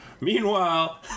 Meanwhile